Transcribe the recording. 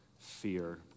fear